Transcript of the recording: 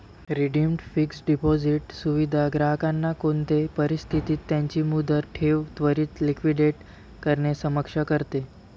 redeemed fixed deposit सुविधा ग्राहकांना कोणते परिस्थितीत त्यांची मुदत ठेव त्वरीत लिक्विडेट करणे सक्षम करते